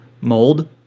mold